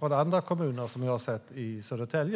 andra kommuner som jag har sett i Södertälje.